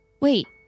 Wait